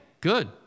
good